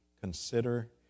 consider